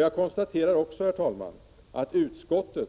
Jag konstaterar också, herr talman, att utskottet